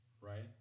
right